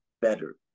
Better